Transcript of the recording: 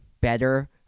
better